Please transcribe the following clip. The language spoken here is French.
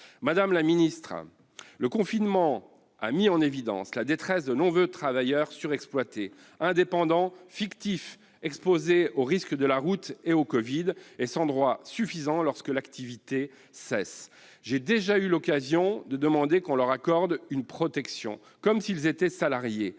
Madame la ministre, le confinement a mis en évidence la détresse de nombreux travailleurs surexploités, indépendants fictifs, exposés aux risques de la route et au Covid-19, et ne disposant pas de droits suffisants lorsque l'activité cesse. J'ai déjà eu l'occasion de demander qu'on leur accorde une protection comme s'ils étaient salariés.